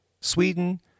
Sweden